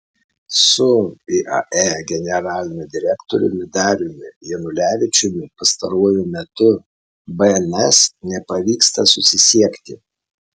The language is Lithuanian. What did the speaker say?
su iae generaliniu direktoriumi dariumi janulevičiumi pastaruoju metu bns nepavyksta susisiekti